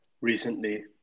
recently